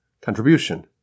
contribution